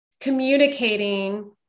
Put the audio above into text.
communicating